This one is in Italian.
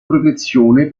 protezione